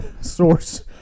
source